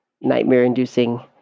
nightmare-inducing